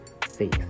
face